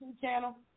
channel